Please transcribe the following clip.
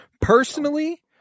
personally